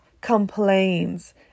complains